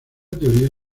teoría